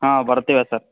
ಹಾಂ ಬರ್ತಿವೆ ಸರ್